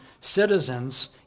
citizens